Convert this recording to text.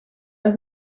uit